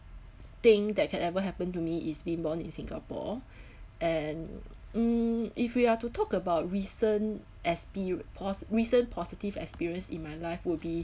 thing that can ever happen to me is been born in singapore and mm if we are to talk about recent as p~ pos~ recent positive experience in my life would be